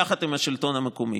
יחד עם השלטון המקומי: